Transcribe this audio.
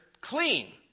clean